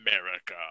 America